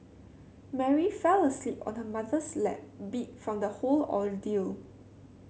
Mary fell asleep on her mother's lap beat from the whole ordeal